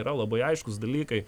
yra labai aiškūs dalykai